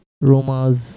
Roma's